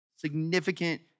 significant